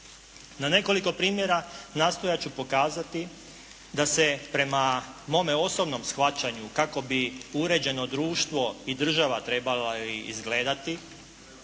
Na nekoliko primjera nastojat ću pokazati da se prema mome osobnom shvaćanju kako bi uređeno društvo i država trebali izgledati,